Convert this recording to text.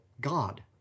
God